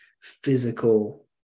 physical